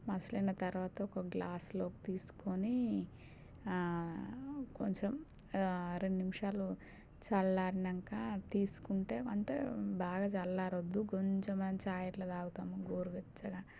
మసలిన తర్వాత ఒక గ్లాస్లోకి తీసుకుని కొంచెం రెండు నిమిషాలు చల్లారినాక తీసుకుంటే అంటే బాగా చల్లారవద్దు కొంచెం మన ఛాయ్ ఎలా తాగుతామో గోరువెచ్చగా